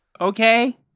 Okay